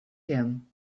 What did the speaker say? him